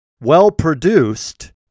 well-produced